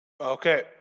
okay